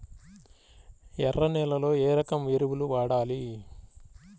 ఎర్ర నేలలో ఏ రకం ఎరువులు వాడాలి?